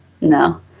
No